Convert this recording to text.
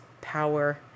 power